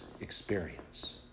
experience